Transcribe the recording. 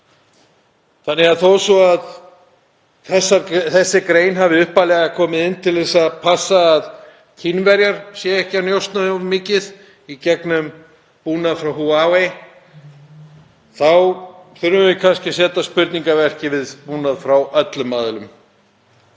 hjá sér. Þó svo að þessi grein hafi upphaflega komið inn til að passa að Kínverjar væru ekki að njósna of mikið, í gegnum búnað frá Huawei, þurfum við kannski að setja spurningarmerki við búnað frá öllum aðilum.